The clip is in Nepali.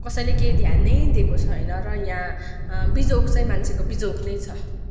कसैले केही ध्यानै दिएको छेन र यहाँ बिजोग चाहिँ मान्छेको बिजोग नै छ